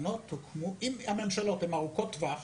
אם הממשלות הן ארוכות טווח